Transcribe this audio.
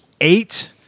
eight